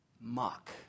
muck